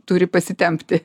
turi pasitempti